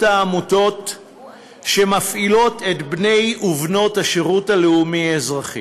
העמותות שמפעילות את בני ובנות השירות הלאומי-האזרחי.